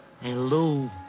Hello